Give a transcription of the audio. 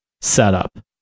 setup